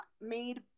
made